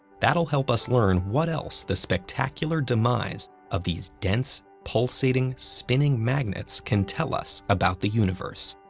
that'll help us learn what else the spectacular demise of these dense, pulsating, spinning magnets can tell us about the universe.